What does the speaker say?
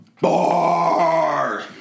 BAR